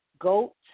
goats